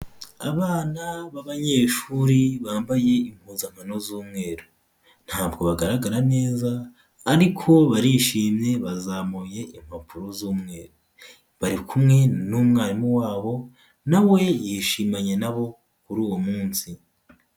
Abana b'abanyeshuri bambaye impuzankano z'umweru. Ntabwo bagaragara neza ariko barishimye bazamuye impapuro z'umweru. Bari kumwe n'umwarimu wabo na we yishimanye na bo kuri uwo munsi.